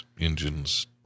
engines